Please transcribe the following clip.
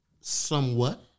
Somewhat